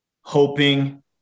hoping